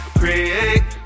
create